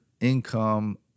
income